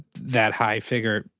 that high figure,